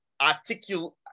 Articulate